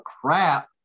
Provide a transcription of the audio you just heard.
crap